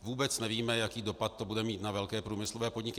Vůbec nevíme, jaký dopad to bude mít na velké průmyslové podniky.